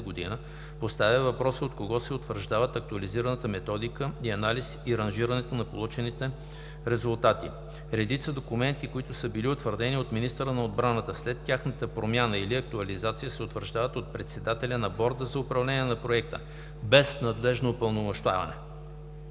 г. поставя въпроса от кого се утвърждават актуализираната Методика и Анализ и ранжирането на получените резултати? Редица документи, които са били утвърдени от министъра на отбраната, след тяхната промяна или актуализация се утвърждават от председателя на Борда за управление на проекта без надлежно упълномощаване.